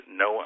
no